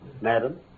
Madam